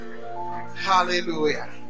Hallelujah